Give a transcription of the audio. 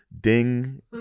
ding